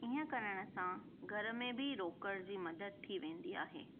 ईअं करण सां घर में बि रोकड़ जी मदद थी वेंदी आहे